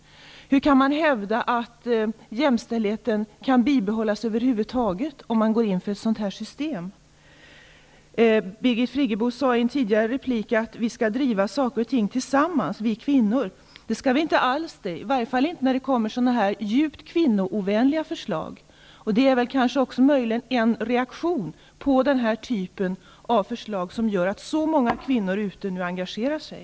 Och hur går det att hävda att jämställdheten över huvud taget kan bibehållas om man går in för ett sådant här system? Birgit Friggebo sade tidigare i ett inlägg att vi kvinnor skall driva saker och ting tillsammans. Men det skall vi inte alls göra, i varje fall inte när det gäller så här djupt kvinnoovänliga förslag. Möjligen är det reaktionen på den här typen av förslag som gör att väldigt många kvinnor nu engagerar sig.